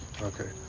Okay